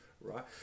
right